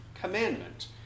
Commandment